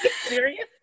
serious